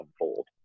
unfold